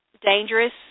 dangerous